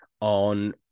on